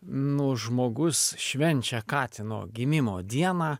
nu žmogus švenčia katino gimimo dieną